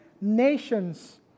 nations